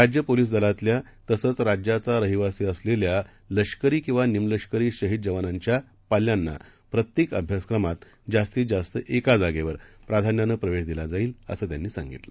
राज्य पोलीस दलातल्या तसंच राज्याचारहिवासीअसलेल्यालष्करीकिवा निमलष्करीशहीद जवानांच्यापाल्यांनाप्रत्येक अभ्यासक्रमातजास्तीतजास्तएकाजागेवरप्राधान्यानंप्रवेशदिला जाईल असं त्यांनी सांगितलं